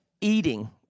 eating